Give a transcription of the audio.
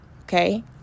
okay